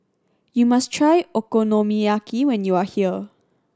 you must try Okonomiyaki when you are here